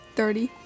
thirty